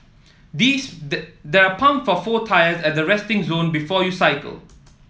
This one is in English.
this the there are pump for four tyres at the resting zone before you cycle